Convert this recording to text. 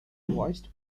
voiced